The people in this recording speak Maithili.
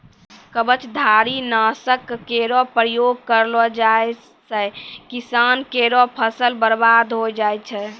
कवचधारी? नासक केरो प्रयोग करलो जाय सँ किसान केरो फसल बर्बाद होय जाय छै